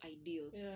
ideals